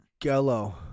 Gello